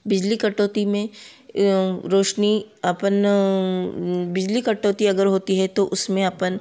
बिजली कटौती में रोशनी अपन बिजली कटौती अगर होती है तो उसमें अपन